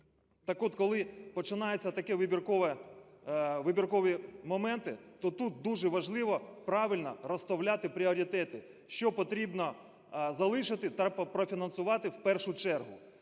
Так от, коли починається таке вибіркове… вибіркові моменти, то тут дуже важливо правильно розставляти пріоритети, що потрібно залишити та профінансувати в першу чергу.